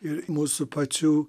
ir mūsų pačių